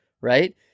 Right